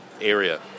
area